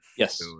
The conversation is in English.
Yes